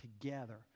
together